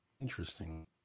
Interesting